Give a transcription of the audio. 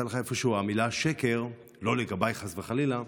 יצאה לך איפשהו המילה "שקר", לא לגביי, חס וחלילה.